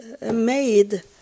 made